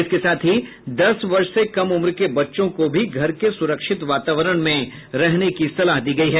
इसके साथ ही दस वर्ष से कम उम्र के बच्चों को भी घर के सुरक्षित वातावरण में रहने की सलाह दी गयी है